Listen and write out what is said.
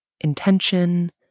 intention